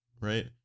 right